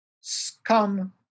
scum